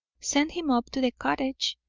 send him up to the cottage.